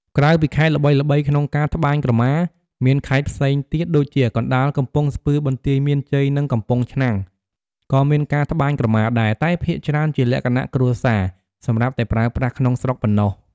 ក្រៅពីខេត្តល្បីៗក្នុងការត្បាញក្រមា មានខេត្តផ្សេងទៀតដូចជា កណ្តាល កំពង់ស្ពឺ បន្ទាយមានជ័យ និងកំពង់ឆ្នាំង ក៏មានការត្បាញក្រមាដែរ តែភាគច្រើនជាលក្ខណៈគ្រួសារ សម្រាប់តែប្រើប្រាស់ក្នុងស្រុកប៉ុណ្ណោះ។